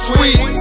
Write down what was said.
Sweet